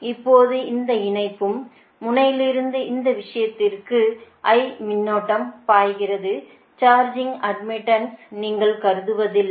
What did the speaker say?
இப்போது இந்த அனுப்பும் முனையிலிருந்து இந்த விஷயத்திற்கு I மின்னோட்டம் பாய்கிறது சார்ஜிங் அட்மிட்டன்ஸ் நீங்கள் கருதுவதில்லை